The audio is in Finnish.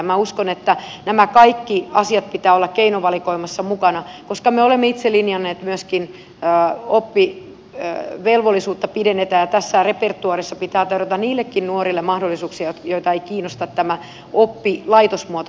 minä uskon että näiden kaikkien asioiden pitää olla keinovalikoimassa mukana koska me olemme itse linjanneet myöskin että oppivelvollisuutta pidennetään ja tässä repertuaarissa pitää tarjota mahdollisuuksia niillekin nuorille joita ei kiinnosta tämä oppilaitosmuotoinen opetus